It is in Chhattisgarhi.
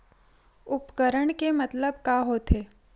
उपकरण के मतलब का होथे?